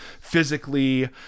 physically